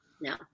no